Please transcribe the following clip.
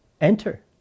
Enter